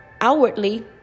outwardly